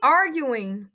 arguing